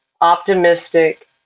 optimistic